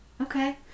Okay